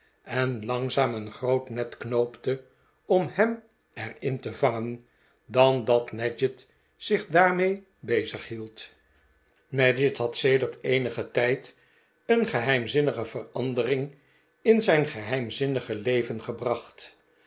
en langzaam een groot net knoopte om hem er in te vangen dan dat nadgett zich daarmee bezighield nadgett had sedert eenigen tijd een geheimzinnige verandering in zijn geheimzinnige leven gebracht